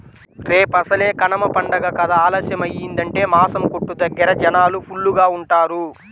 రేపసలే కనమ పండగ కదా ఆలస్యమయ్యిందంటే మాసం కొట్టు దగ్గర జనాలు ఫుల్లుగా ఉంటారు